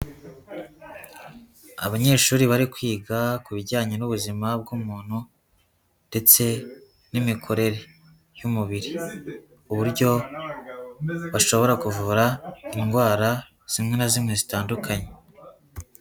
Abanyeshuri bari kwiga ku bijyanye n'ubuzima bw'umuntu ndetse n'imikorere y'umubiri, uburyo bashobora kuvura indwara zimwe na zimwe zitandukanye.